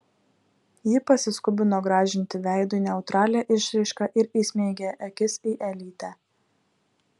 ji pasiskubino grąžinti veidui neutralią išraišką ir įsmeigė akis į elytę